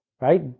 Right